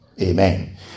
Amen